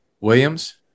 Williams